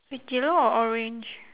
it's yellow or orange